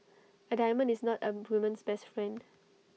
A diamond is not A woman's best friend